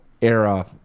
era